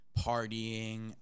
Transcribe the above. partying